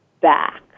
back